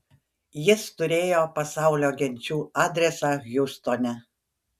jis turėjo pasaulio genčių adresą hjustone